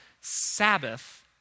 Sabbath